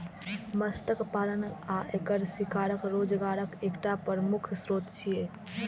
मत्स्य पालन आ एकर शिकार रोजगारक एकटा प्रमुख स्रोत छियै